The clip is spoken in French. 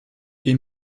est